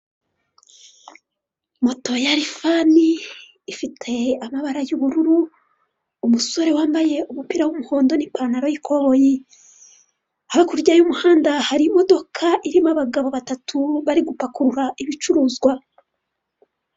Moto ya lifani ifite amabara y'ubururu, umusore wambaye umupira w'umuhondo, n'ipantaro y'ikoboyi. Hakurya y'umuhanda hari imodoka irimo abagabo batatu bari gupakurura ibicuruzwa.